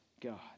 God